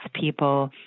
people